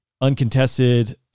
uncontested